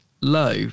low